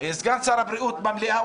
סגן שר הבריאות במליאה,